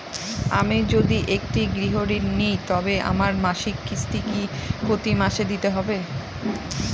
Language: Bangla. আমি যদি একটি গৃহঋণ নিই তবে আমার মাসিক কিস্তি কি প্রতি মাসে দিতে হবে?